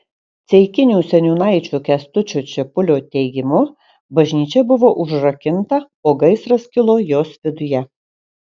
ceikinių seniūnaičio kęstučio čepulio teigimu bažnyčia buvo užrakinta o gaisras kilo jos viduje